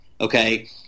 okay